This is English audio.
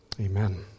Amen